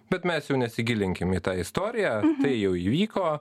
bet mes jau nesigilinkim į tą istoriją tai jau įvyko